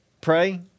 pray